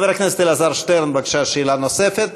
חבר הכנסת אלעזר שטרן, בבקשה, שאלה נוספת.